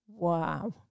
Wow